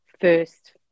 first